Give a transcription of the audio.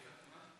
מה?